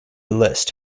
list